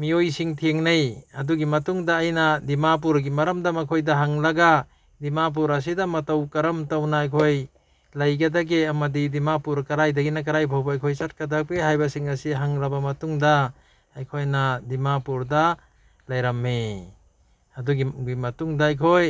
ꯃꯤꯑꯣꯏꯁꯤꯡ ꯊꯦꯡꯅꯩ ꯑꯗꯨꯒꯤ ꯃꯇꯨꯡꯗ ꯑꯩꯅ ꯗꯤꯃꯥꯄꯨꯔꯒꯤ ꯃꯔꯝꯗ ꯃꯈꯣꯏꯗ ꯍꯪꯂꯒ ꯗꯤꯃꯥꯄꯨꯔ ꯑꯁꯤꯗ ꯃꯇꯧ ꯀꯔꯝ ꯇꯧꯅ ꯑꯩꯈꯣꯏ ꯂꯩꯒꯗꯒꯦ ꯑꯃꯗꯤ ꯗꯤꯃꯥꯄꯨꯔ ꯀꯗꯥꯏꯗꯒꯤꯅ ꯀꯗꯥꯏ ꯐꯥꯎꯕ ꯑꯩꯈꯣꯏ ꯆꯠꯀꯗꯒꯦ ꯍꯥꯏꯕꯁꯤ ꯉꯁꯤ ꯍꯪꯂꯕ ꯃꯇꯨꯡꯗ ꯑꯩꯈꯣꯏꯅ ꯗꯤꯃꯥꯄꯨꯔꯗ ꯂꯩꯔꯝꯃꯤ ꯑꯗꯨꯒꯤ ꯃꯇꯨꯡꯗ ꯑꯩꯈꯣꯏ